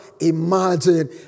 imagine